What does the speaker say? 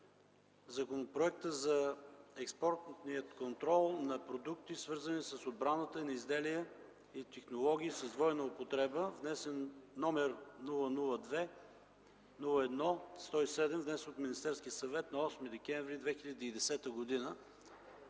Законопроекта за експортния контрол на продукти, свързани с отбраната, и на изделия и технологии с двойна употреба № 002-01-107, внесен от Министерския съвет на 8 декември 2010 г.